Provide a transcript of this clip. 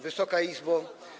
Wysoka Izbo!